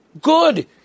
good